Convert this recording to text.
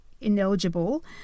ineligible